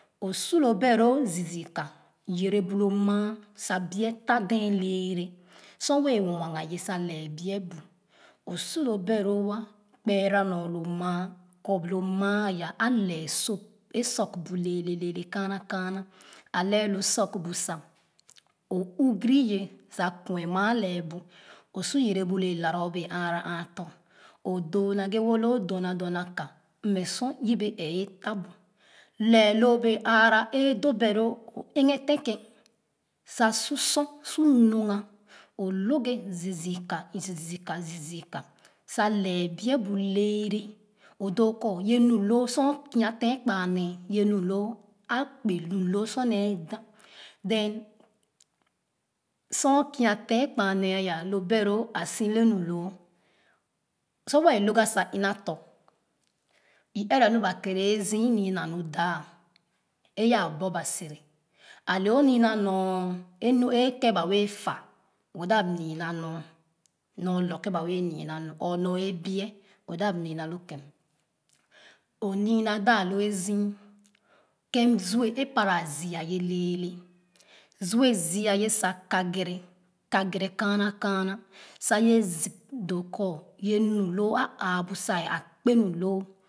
O su lo beloo zii zii ka yere bu lo maa sa bie tadee iɛarɛ sor wɛɛ nwa ga ye sa lɛɛ bie bu o su lo beloo a kpeera nor lo maa kɔ lo maa aya a lɛɛ soap e soak bee lɛɛlɛ kaana kaana a lɛɛ lo soak bu o oguru ye sa kwen maa lɛ bu o su yere bu lo elala o wɛẹ aara aa tɔ o dorna gbɛ wo lo dorna dorna ka mmɛ sor yebe ɛɛ efa bu lɛh loo bee aara e-doo beloo o ɛghe teh ken sa su sor su log ga o log ken zii zii ka zii zii ka zii zii ka sa lɛh bie bu lɛɛrɛ o doo kɔ ye nyloon sor o kia ateen kpa nee ye nyloo a kpe nuloo sor nee da then sor o kua teen kpa nee aya lo beloo a su le nuloo sor wɛɛ log ga sa una tɔ u ɛrɛ nu ba kɔ e zii nii na nu daa e yaa bop ba sere ale o niina nyo e keln ba bee fa o da niina nyo nyo lor ken ba wɛɛ niina nu or nyo abue o da niina lo ken o niina da lor zii ken zuɛa e para ziia ye lɛɛlɛ zuɛh ziia ye sa kagɛrɛ kagɛrɛ kaana kaana sa ye zip dor kɔ ye nuloo aa bu sa a kpe nuloo